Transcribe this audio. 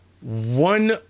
one